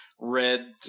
red